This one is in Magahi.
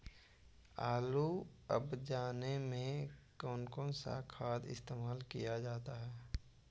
आलू अब जाने में कौन कौन सा खाद इस्तेमाल क्या जाता है?